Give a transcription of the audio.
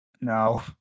no